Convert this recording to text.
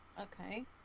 Okay